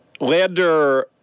Lander